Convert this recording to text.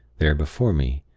there before me.